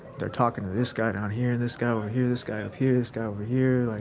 they're talking to this guy down here, this guy over here, this guy up here, this guy over here.